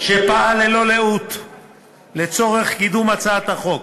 שפעל ללא לאות לצורך קידום הצעת החוק,